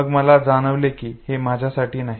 मग मला जाणवले कि हे माझ्यासाठी नाही